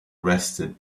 arrested